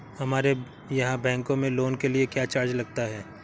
हमारे यहाँ बैंकों में लोन के लिए क्या चार्ज लगता है?